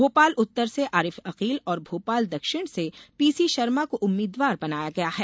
भोपाल उत्तर से आरिफ अकील और भोपाल दक्षिण से पीसी शर्मा को उम्मीदवार बनाया गया है